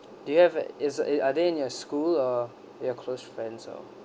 do you have is it are they in your school or your close friends or